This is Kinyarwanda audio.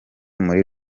muri